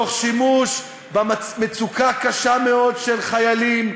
תוך שימוש במצוקה קשה מאוד של חיילים,